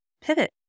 pivot